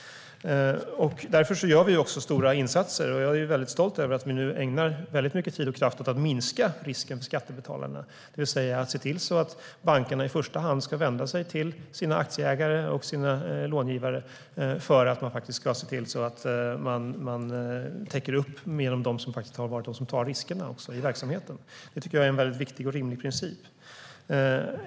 Därför gör vi stora insatser. Jag är mycket stolt över att vi nu ägnar mycket tid och kraft åt att minska risken för skattebetalarna, det vill säga att se till att bankerna i första hand ska vända sig till sina aktieägare och sina långivare för att se till att täcka upp genom dem som faktiskt har tagit riskerna i verksamheten. Det tycker jag är en mycket viktig och rimlig princip.